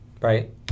Right